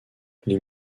les